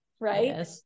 right